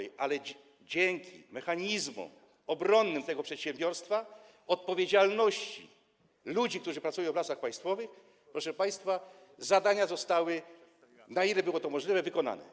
Jednak dzięki mechanizmom obronnym tego przedsiębiorstwa, odpowiedzialności ludzi, którzy pracują w Lasach Państwowych, proszę państwa, zadania zostały, na ile było to możliwe, wykonane.